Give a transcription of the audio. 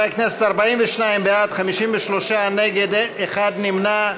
חברי הכנסת, 42 בעד, 53 נגד, אחד נמנע.